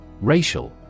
Racial